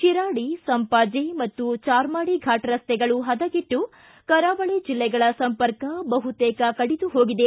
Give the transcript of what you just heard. ಶಿರಾಡಿ ಸಂಪಾಜೆ ಮತ್ತು ಜಾರ್ಮಾಡಿ ಘಾಟ್ ರಸ್ತೆಗಳು ಪದಗೆಟ್ಟು ಕರಾವಳಿ ಜಿಲ್ಲೆಗಳ ಸಂಪರ್ಕ ಬಹುತೇಕ ಕಡಿದು ಹೋಗಿದೆ